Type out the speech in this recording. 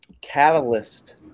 Catalyst